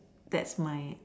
that's my